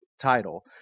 title